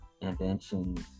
inventions